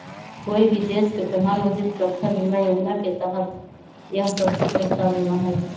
कोई भी देश के प्रधानमंत्री सुरक्षा बीमा योजना के तहत यह सबसे सस्ता बीमा हई